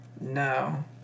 No